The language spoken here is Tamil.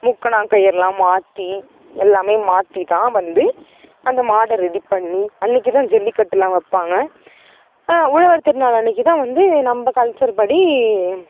மூக்கணாங்கயிர் எல்லாம் மாற்றி எல்லாமே மாற்றிதான் வந்து அந்த மாடை ரெடி பண்ணி அன்னைக்கு தான் ஜல்லிக்கட்டு எல்லாம் வைப்பாங்க உழவர் திருநாள் அன்னைக்கு தான் வந்து நம்ம கல்ச்சர்படி